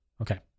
Okay